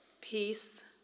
peace